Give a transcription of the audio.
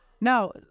Now